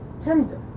Tender